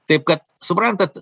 taip kad suprantat